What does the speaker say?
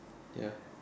ya